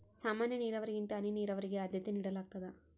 ಸಾಮಾನ್ಯ ನೇರಾವರಿಗಿಂತ ಹನಿ ನೇರಾವರಿಗೆ ಆದ್ಯತೆ ನೇಡಲಾಗ್ತದ